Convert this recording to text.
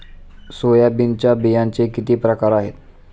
सोयाबीनच्या बियांचे किती प्रकार आहेत?